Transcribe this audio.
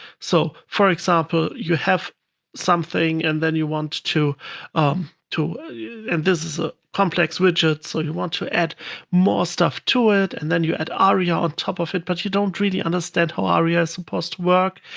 so for example, you have something, and then you want to to and this is a complex widget, so you want to add more stuff to it. and then you add aria on top of it, but you don't really understand how aria is supposed to work.